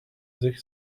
sich